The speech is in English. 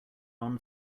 non